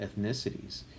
ethnicities